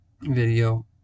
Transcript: video